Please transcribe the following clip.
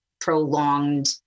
prolonged